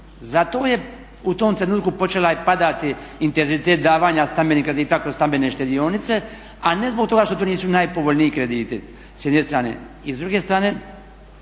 Zato je u tom trenutku počeo padati intenzitet davanja stambenih kredita kroz stambene štedionice, a ne zbog toga što to nisu najpovoljniji krediti s jedne strane. I s druge strane